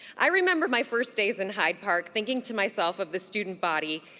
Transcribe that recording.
i remember my first days in hyde park thinking to myself of the student body,